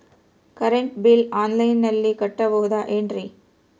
Current bill ಆನ್ಲೈನಿನಲ್ಲಿ ಕಟ್ಟಬಹುದು ಏನ್ರಿ?